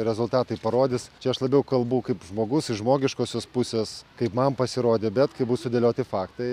rezultatai parodys čia aš labiau kalbu kaip žmogus iš žmogiškosios pusės kaip man pasirodė bet kai bus sudėlioti faktai